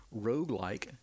roguelike